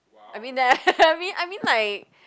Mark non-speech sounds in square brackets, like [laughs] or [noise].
I mean that [laughs] I mean I mean like